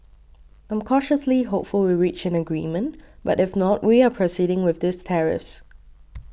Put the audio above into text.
I'm cautiously hopeful we reach an agreement but if not we are proceeding with these tariffs